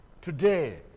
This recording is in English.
today